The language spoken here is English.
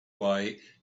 why